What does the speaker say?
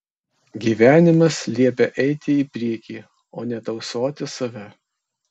gyvenimas liepia eiti į priekį o ne tausoti save